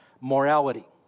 morality